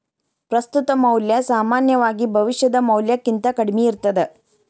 ಪ್ರಸ್ತುತ ಮೌಲ್ಯ ಸಾಮಾನ್ಯವಾಗಿ ಭವಿಷ್ಯದ ಮೌಲ್ಯಕ್ಕಿಂತ ಕಡ್ಮಿ ಇರ್ತದ